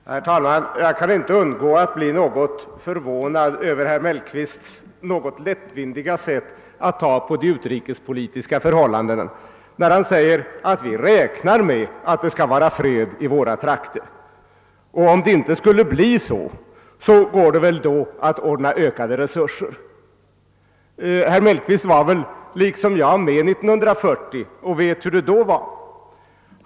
Herr talman! Jag kunde inte undgå att bli något förvånad över herr Mellqvists lättvindiga sätt att ta på de utrikespolitiska förhållandena. Han sade att vi räknar med att det skall vara fred i våra trakter, och om det inte skulle bli så, går det väl att då ordna ökade resurser. Herr Mellqvist var väl liksom jag med 1940 och vet hur det var då.